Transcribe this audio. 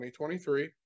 2023